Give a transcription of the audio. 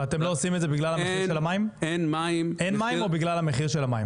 ואתם לא עושים את זה בגלל המחיר של המים?